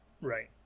Right